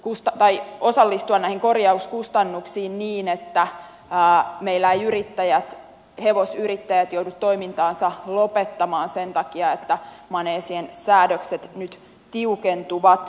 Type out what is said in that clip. musta vai osallistua näihin korjauskustannuksiin niin että meillä eivät yrittäjät hevosyrittäjät joudu toimintaansa lopettamaan sen takia että maneesien säädökset nyt tiukentuvat